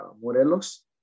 Morelos